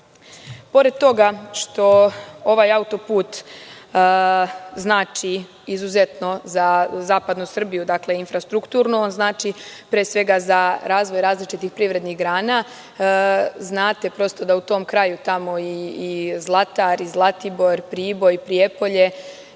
uzeta. Pored toga što ovaj auto-put znači izuzetno za zapadnu Srbiju, dakle infrastrukturno, on znači pre svega za razvoj različitih privrednih grana. Znate da u tom kraju tamo i Zlatar, i Zlatibor, Priboj, Prijepolje